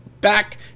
back